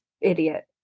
idiot